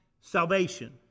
salvation